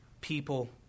people